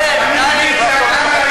זמנך תם.